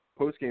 postgame